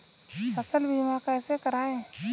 फसल बीमा कैसे कराएँ?